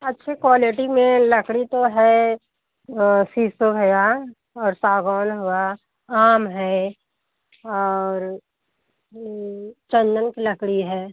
अच्छे क्वालिटी में लकड़ी तो है सीसो हेया और सागौन हुआ आम है और चंदन के लकड़ी है